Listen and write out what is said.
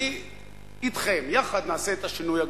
אני אתכם, יחד נעשה את השינוי הגדול.